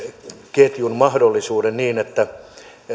ketjun mahdollisuuden niin että